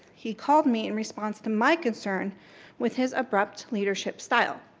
he called me in response to my concern with his abrupt leadership style.